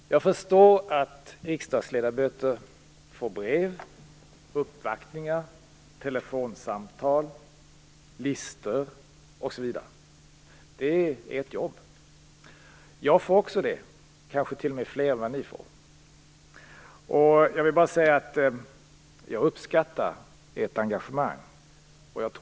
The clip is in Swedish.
Fru talman! Jag förstår att riksdagsledamöter får brev, uppvaktningar, telefonsamtal, listor osv. Det är ert jobb. Jag får också sådana, kanske t.o.m. fler än vad ni får. Jag uppskattar ert engagemang.